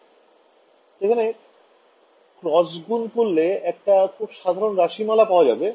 তাই এখানে ক্রস গুণ করলে একটা খুব সাধারণ রাশিমালা পাওয়া যাবে